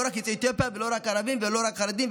לא רק יוצאי אתיופיה ולא רק ערבים ולא רק חרדים,